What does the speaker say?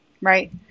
Right